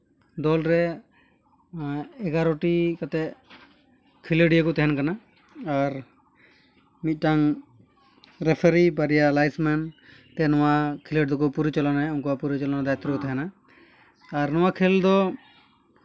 ᱫᱚᱞ ᱨᱮ ᱮᱜᱟᱨᱚ ᱴᱤ ᱠᱟᱛᱮᱫ ᱠᱷᱤᱞᱳᱰᱤᱭᱟᱹ ᱠᱚ ᱛᱮᱦᱮᱱ ᱠᱟᱱᱟ ᱟᱨ ᱢᱤᱫᱴᱟᱱ ᱨᱮᱯᱷᱟᱨᱤ ᱵᱟᱨᱭᱟ ᱞᱟᱭᱤᱥᱢᱮᱱ ᱛᱮ ᱱᱚᱣᱟ ᱠᱷᱮᱹᱞᱳᱰ ᱫᱚᱠᱚ ᱯᱚᱨᱤᱪᱟᱞᱚᱱᱟᱭᱟ ᱩᱱᱠᱩᱣᱟᱜ ᱯᱚᱨᱤᱪᱟᱞᱚᱱᱟ ᱫᱟᱭᱤᱛᱛᱚ ᱨᱮ ᱛᱮᱦᱮᱱᱟ ᱟᱨ ᱠᱷᱮᱹᱞ ᱫᱚ